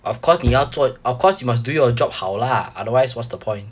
of course 你要做 of course you must do your job 好 lah otherwise what's the point